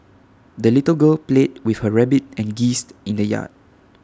the little girl played with her rabbit and geese in the yard